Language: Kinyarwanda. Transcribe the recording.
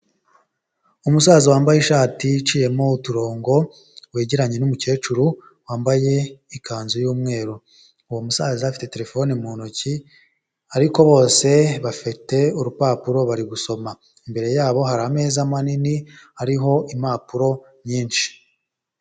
umusaza wambaye ishati iciyemo uturongo wegeranye n'umukecuru wambaye ikanzu y'umweru. Uwo musaza afite terefone mu ntoki ariko bose bafite urupapuro bari gusoma. Imbere yabo hari ameza manini ariho impapuro nyinshi.